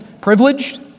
privileged